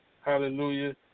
hallelujah